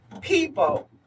people